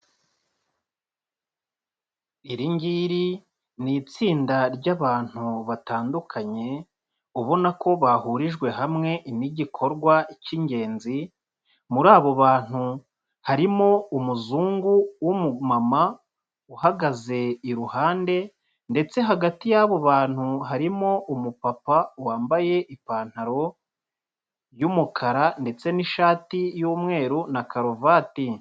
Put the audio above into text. Iri ngiri ni itsinda ryabantu batandukanye ubona ko bahurijwe hamwe n'igikorwa cyingenzi, muri abo bantu harimo umuzungu w'umumama uhagaze iruhande ndetse hagati y'abo bantu harimo umupapa wambaye ipantaro y'umukara ndetse n'ishati y'umweru na karuvati.